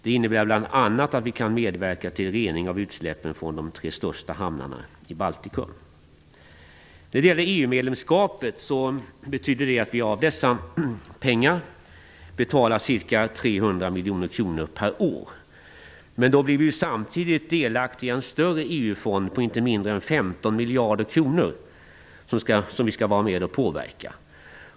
Det innebär bl.a. att vi kan medverka till rening av utsläpp från de tre största hamnarna i Baltikum. När det gäller EU-medlemskapet betyder det att vi av dessa pengar betalar ca 300 miljoner kronor per år. Samtidigt blir vi delaktiga i en större EU-fond på inte mindre än 15 miljarder kronor, som vi skall vara med och påverka.